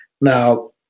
Now